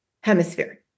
hemisphere